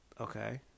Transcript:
Okay